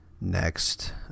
next